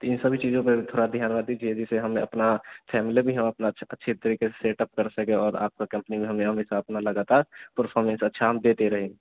तो इन सभी चीज़ों पर थोड़ा ध्यान दीजिए जिससे हम अपनी फैमली भी हम अपनी अच्छे अच्छे तरीक़े से सेटअप कर सकें और आपकी कम्पनी में हमें हमेशा अपना लगातार परफ़ॉर्मेंस अच्छा हम देते रहें